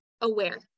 aware